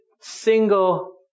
single